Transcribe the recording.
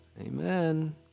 Amen